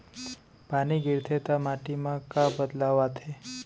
पानी गिरथे ता माटी मा का बदलाव आथे?